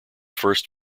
first